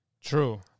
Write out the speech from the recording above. True